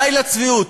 די לצביעות.